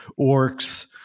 orcs